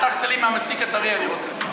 הבטחת לי, מהמסיק הטרי אני רוצה.